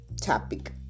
topic